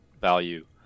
value